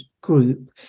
group